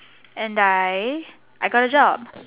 and I I got a job